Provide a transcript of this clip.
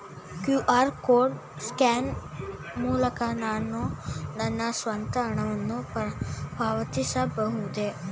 QR code scan ಮೂಲಕ ನಾನು ನನ್ನ ಸ್ವಂತ ಹಣವನ್ನು ಪಾವತಿಸಬಹುದೇ?